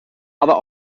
other